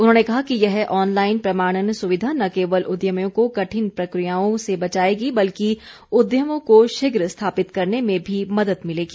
उन्होंने कहा कि यह ऑनलाइन प्रमाणन सुविधा न केवल उद्यमियों को कठिन प्रक्रियाओं से बचाएगी बल्कि उद्यमों को शीघ्र स्थापित करने में भी मदद मिलेगी